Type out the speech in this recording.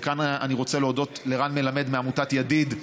וכאן אני רוצה להודות לרן מלמד מעמותת ידיד,